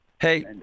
Hey